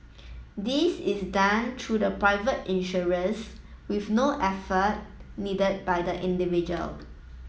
this is done through the private insurers with no effort needed by the individual